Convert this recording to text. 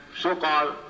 so-called